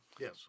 Yes